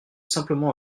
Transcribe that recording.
simplement